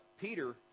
Peter